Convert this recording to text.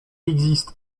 existe